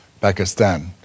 Pakistan